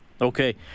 okay